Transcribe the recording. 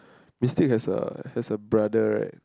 Mystic has a has a brother right